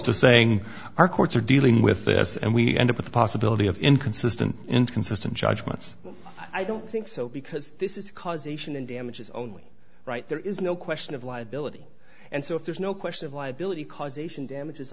saying our courts are dealing with us and we end up with the possibility of inconsistent and consistent judgments i don't think so because this is causation and damages only right there is no question of liability and so if there's no question of liability causation damages